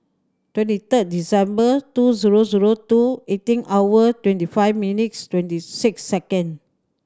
twenty third December two zero zero two eighteen hour twenty five minutes twenty six second